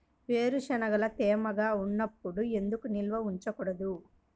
వేరుశనగలు తేమగా ఉన్నప్పుడు ఎందుకు నిల్వ ఉంచకూడదు?